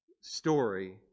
story